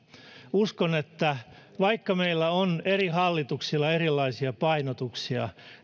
uskon että vaikka meillä on eri hallituksilla erilaisia painotuksia